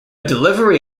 delivery